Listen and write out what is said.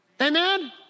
Amen